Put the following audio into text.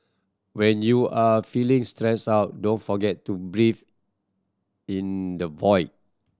when you are feeling stressed out don't forget to breathe in the void